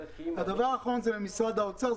הדבר האחרון הוא למשרד האוצר,